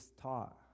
taught